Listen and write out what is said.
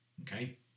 Okay